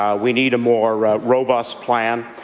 um we need a more robust plan.